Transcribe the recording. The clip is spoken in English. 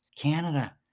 Canada